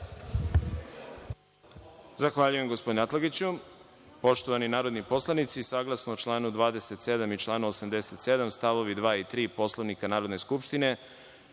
Zahvaljujem gospodine Atlagiću. Poštovani narodni poslanici, saglasno članu 27. i članu 87, stav 2. i 3. Poslovnika Narodne skupštine,